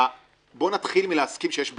בואו נתחיל מלהסכים שיש בעיה.